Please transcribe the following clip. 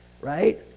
right